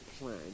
plan